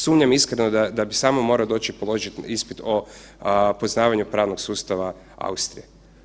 Sumnjam iskreno, da bi samo morao doći i položiti ispit o poznavanju pravnog sustava Austrije.